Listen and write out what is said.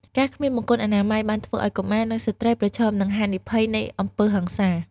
ការគ្មានបង្គន់អនាម័យបានធ្វើឱ្យកុមារ និងស្ត្រីប្រឈមនឹងហានិភ័យនៃអំពើហិង្សា។